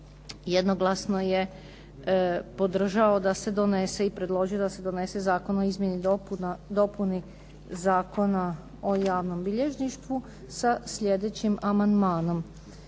jednoglasno je podržao da se donese i predložio da se donese Zakon o izmjeni i dopuni Zakona o javnom bilježništvu sa slijedećim amandmanom.